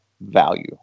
value